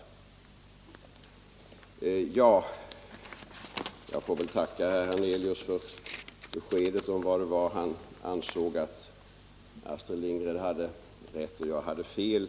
Jag får tacka herr Hernelius för beskedet att han ansåg att Astrid Lindgren hade rätt och att jag hade fel.